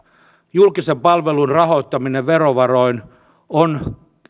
julkisen palvelun rahoittaminen verovaroin on